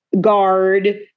guard